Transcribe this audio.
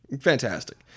fantastic